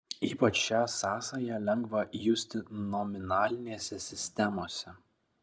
ypač šią sąsają lengva justi nominalinėse sistemose